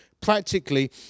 practically